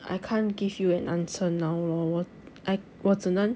I can't give you an answer now lor 我 I 我只能